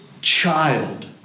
child